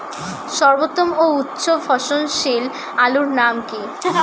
সর্বোত্তম ও উচ্চ ফলনশীল আলুর নাম কি?